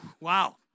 Wow